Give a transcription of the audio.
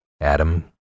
Adam